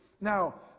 now